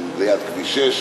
ליד כביש 6,